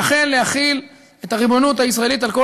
ואכן להחיל את הריבונות הישראלית על כל